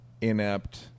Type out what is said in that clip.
inept